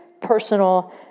personal